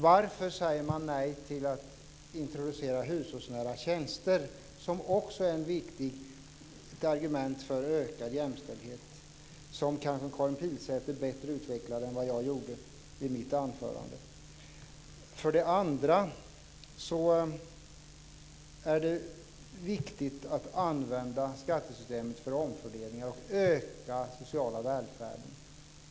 Varför säger man nej till att introducera hushållsnära tjänster, som också är ett viktigt argument för ökad jämställdhet och som Karin Pilsäter bättre utvecklade än vad jag gjorde i mitt anförande? Det är viktigt att använda skattesystemet för omfördelningar och för att öka den sociala välfärden.